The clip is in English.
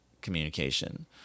communication